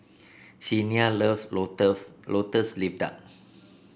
Chyna loves lotus leaf duck